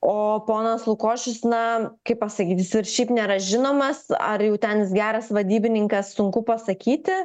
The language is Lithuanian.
o ponas lukošius na kaip pasakyt jis šiaip nėra žinomas ar jau ten jis geras vadybininkas sunku pasakyti